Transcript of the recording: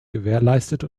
gewährleistet